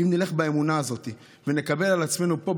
אם נלך באמונה הזאת ונקבל על עצמנו פה,